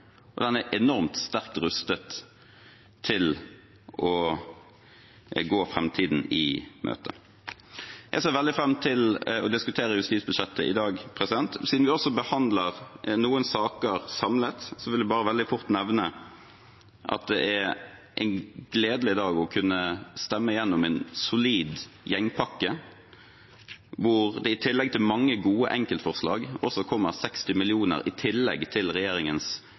og enormt sterkt rustet til å gå framtiden i møte. Jeg ser veldig fram til å diskutere justisbudsjettet i dag. Siden vi også behandler noen saker samlet, vil jeg bare fort nevne at det er gledelig i dag å kunne stemme gjennom en solid gjengpakke hvor det i tillegg til mange gode enkeltforslag også kommer 60 mill. kr i tillegg til regjeringens